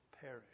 perish